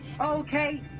Okay